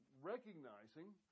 recognizing